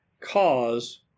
cause